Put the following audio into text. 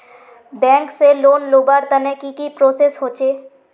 Bank से loan लुबार तने की की प्रोसेस होचे?